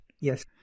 yes